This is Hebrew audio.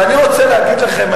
ואני רוצה להגיד לכם,